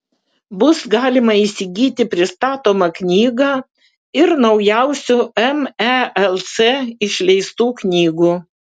bus galima įsigyti pristatomą knygą ir naujausių melc išleistų knygų